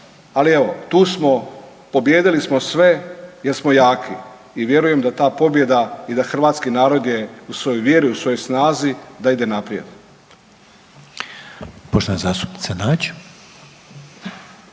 ali evo tu smo pobijedili smo sve jer smo jaki i vjerujem da ta pobjeda i da hrvatski narod je u svojoj vjeri, u svojoj snazi da ide naprijed.